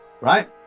right